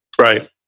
Right